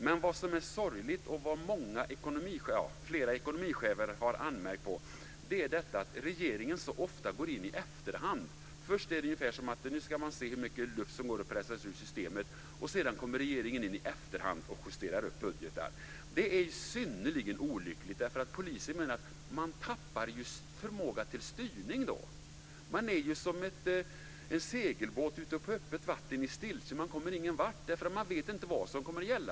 Det sorgliga är att regeringen så ofta går in i efterhand, något som flera ekonomichefer har anmärkt på. Först är det ungefär som att man ska se hur mycket luft som kan pressas ur systemet. Sedan kommer regeringen in i efterhand och justerar budgetar. Det är synnerligen olyckligt. Polisen tappar förmågan till styrning. Den är som en segelbåt på öppet vatten i stiltje. Den kommer ingenvart eftersom den inte vet vad som kommer att gälla.